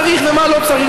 מה צריך ומה לא צריך,